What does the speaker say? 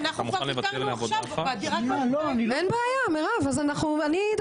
מוכן ללכת למודל שדורס מישהו שמתחשק לך ושאתה עושה מה שאתה רוצה.